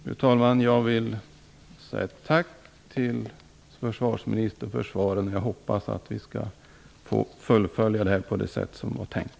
Fru talman! Jag vill rikta ett tack till försvarsministern för svaren. Jag hoppas att vi skall kunna fullfölja det här på det sätt som det var tänkt.